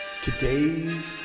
Today's